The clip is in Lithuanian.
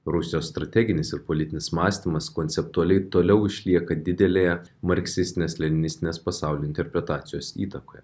rusijos strateginis ir politinis mąstymas konceptualiai toliau išlieka didelėje marksistinės leninistinės pasaulio interpretacijos įtakoje